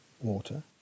water